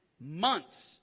months